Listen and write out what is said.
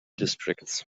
districts